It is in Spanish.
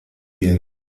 bien